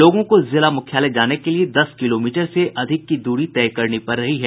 लोगों को जिला मुख्यालय जाने के लिये दस किलोमीटर से अधिक की दूरी तय करनी पड़ रही है